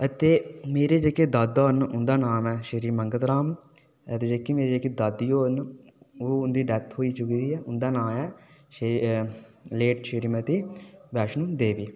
ते मेरे जेह्के दादा होर न हुंदा नां ऐ श्री मंगत राम ते जेह्की मेरी दादी होर न ओह् हुंदी डैत्थ होई चूकी दी ऐ ते हुंदा नां ऐ लेट श्रीमती वैषणो देवी